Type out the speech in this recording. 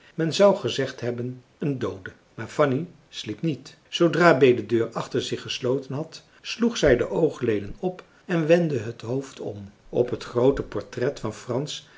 men zou gezegd hebben een doode maar fanny sliep niet zoodra bee de deur achter zich gesloten had sloeg zij de oogleden op en wendde het hoofd om op het groote portret van frans